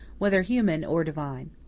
whether human or divine.